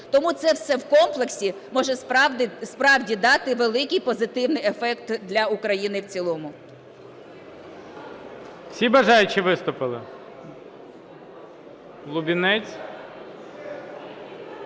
Тому це все в комплексі може справді дати великий позитивний ефект для України в цілому.